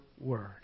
word